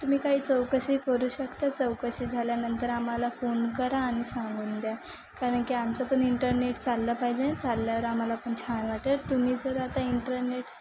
तुम्ही काही चौकशी करू शकता चौकशी झाल्यानंतर आम्हाला फोन करा आणि सांगून द्या कारण की आमचं पण इंटरनेट चाललं पाहिजे ना चालल्यावर आम्हाला पण छान वाटेल तुम्ही जर आता इंटरनेट